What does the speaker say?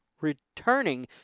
returning